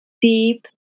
deep